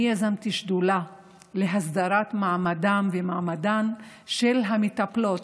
אני יזמתי שדולה להסדרת מעמדם ומעמדן של המטפלות,